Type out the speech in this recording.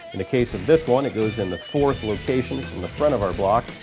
in the case of this one it goes in the fourth location from the front of our block,